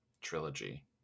trilogy